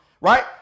right